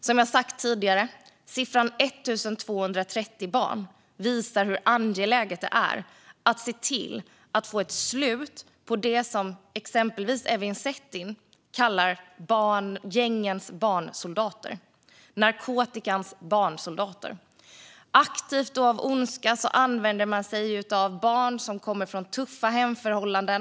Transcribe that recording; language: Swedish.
Som jag sagt tidigare visar siffran 1 230 barn hur angeläget det är att se till att få ett slut på det som exempelvis Evin Cetin kallar barnsoldater, gängens och narkotikans barnsoldater. Aktivt och av ondska använder man sig av barn som kommer från tuffa hemförhållanden.